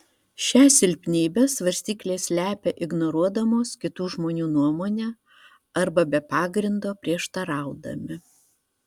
šią silpnybę svarstyklės slepia ignoruodamos kitų žmonių nuomonę arba be pagrindo prieštaraudami